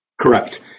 Correct